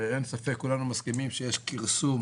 ואין ספק וכולנו מסכימים שיש כרסום